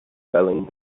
spelling